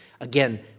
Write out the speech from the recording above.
Again